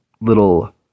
little